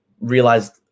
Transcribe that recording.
realized